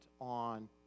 on